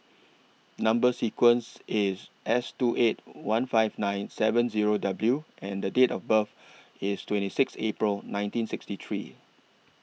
Number sequence IS S two eight one five nine seven Zero W and Date of birth IS twenty Sixth April nineteen sixty three